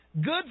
Good